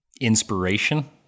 inspiration